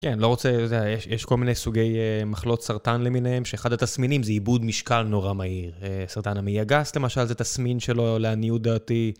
כן, לא רוצה זה, אתה יודע, יש כל מיני סוגי מחלות סרטן למיניהם, שאחד התסמינים זה איבוד משקל נורא מהיר. סרטן המעי הגס, למשל, זה תסמין שלו לעניות דעתי.